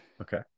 Okay